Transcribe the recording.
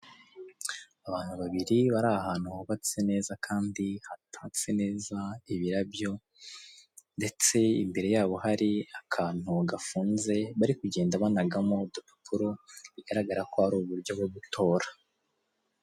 Abantu babiri bari ahantu hubatse neza kandi hatatse neza ibirabyo ndetse imbere yabo hari akantu gafunze bari kugenda banagamo udupapuro bigaragara ko ari uburyo bwo gutora.